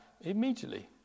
immediately